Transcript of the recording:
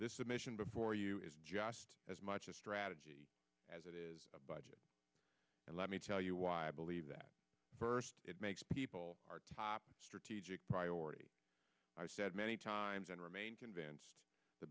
this submission before you is just as much a strategy as it is a budget and let me tell you why i believe that first it makes people our top strategic priority i said many times and remain convinced the